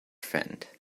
friend